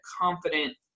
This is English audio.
confident